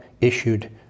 issued